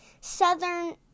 southern